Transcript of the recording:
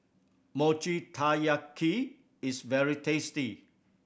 Mochi Taiyaki is very tasty